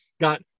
Got